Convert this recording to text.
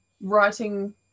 writing